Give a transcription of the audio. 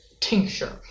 tincture